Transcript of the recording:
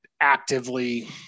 actively